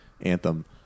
Anthem